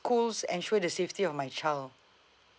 schools ensure the safety of my child